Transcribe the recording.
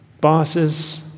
bosses